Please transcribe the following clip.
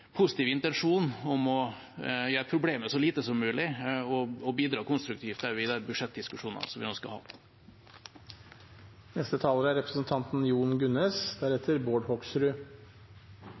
positiv intensjon om å gjøre problemet så lite som mulig og bidra konstruktivt i de budsjettdiskusjonene vi